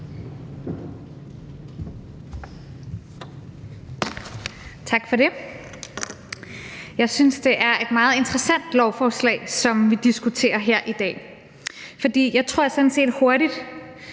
Tak for det. Jeg synes, det er et meget interessant lovforslag, som vi diskuterer her i dag. Jeg tror sådan set hurtigt,